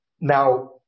Now